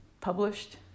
published